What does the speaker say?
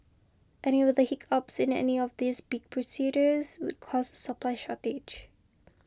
any weather hiccups in any of these big procures would cause supply shortage